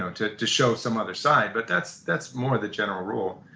ah to to show some other side, but that's that's more the general rule.